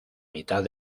mitad